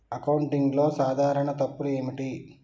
అకౌంటింగ్లో సాధారణ తప్పులు ఏమిటి?